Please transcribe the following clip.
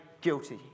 guilty